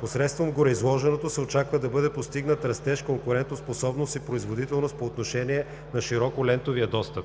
Посредством гореизложеното се очаква да бъде постигнат растеж, конкурентоспособност и производителност по отношение на широколентовия достъп.